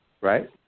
right